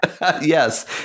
Yes